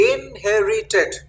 Inherited